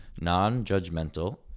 non-judgmental